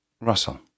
Russell